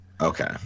Okay